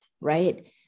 right